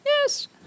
Yes